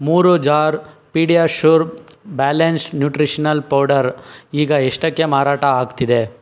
ಮೂರು jar PediaSure balance nutritional powder ಈಗ ಎಷ್ಟಕ್ಕೆ ಮಾರಾಟ ಆಗ್ತಿದೆ